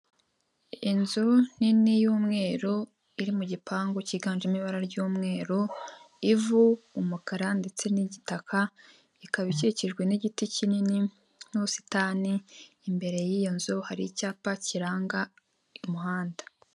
Inzu nini y'umweru, iri mu gipangu kiganjemo ibara ry'umweru, ivu, umukara ndetse n'igitaka, ikaba ikikijwe n'igiti kinini n'ubusitani imbere y'iyo nzu, hari icyapa kiranga umuhanda.